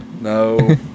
No